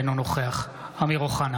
אינו נוכח אמיר אוחנה,